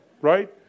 right